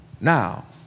now